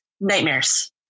nightmares